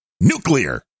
Nuclear